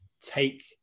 take